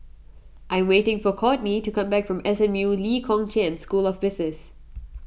I am waiting for Kortney to come back from S M U Lee Kong Chian School of Business